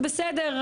זה בסדר,